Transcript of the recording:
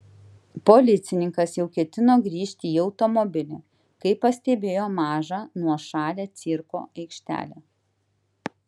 policininkas jau ketino grįžti į automobilį kai pastebėjo mažą nuošalią cirko aikštelę